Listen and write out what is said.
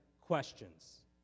questions